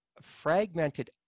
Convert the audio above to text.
fragmented